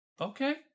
okay